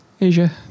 Asia